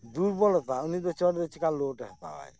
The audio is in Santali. ᱫᱩᱨᱵᱚᱞᱚᱛᱟ ᱩᱱᱤ ᱫᱚ ᱪᱚᱴ ᱨᱮᱫᱚ ᱪᱤᱠᱟ ᱞᱳᱰ ᱮ ᱦᱟᱛᱟᱣᱟᱭ